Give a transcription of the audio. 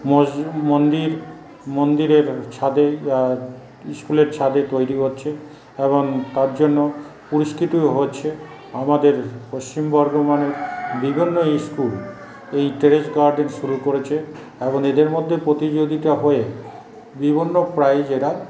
মজ মন্দির মন্দিরের ছাদে ইস্কুলের ছাদে তৈরি হচ্ছে এবং তার জন্য পুরস্কৃতও হচ্ছে আমাদের পশ্চিম বর্ধমানে বিভিন্ন ইস্কুল এই টেরেস গার্ডেন শুরু করেছে এবং এদের মধ্যে প্রতিযোগিতা হয়ে বিভিন্ন প্রাইজ এরা